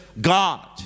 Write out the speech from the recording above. God